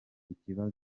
ikibazo